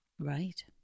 Right